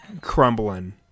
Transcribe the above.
crumbling